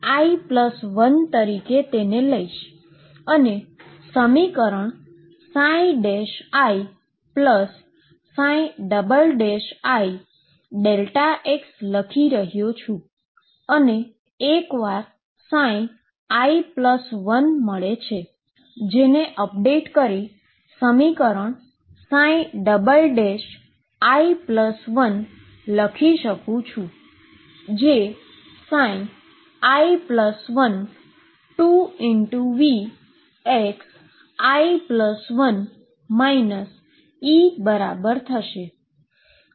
હું i1 તરીકે લઈ અને સમીકરણ ii Δx લખી રહ્યો છું અને એકવાર i1 મળે છે જેને અપડેટ કરી સમીકરણ i1 લખી શકુ છું જે i1 2Vxi1 E બરાબર થશે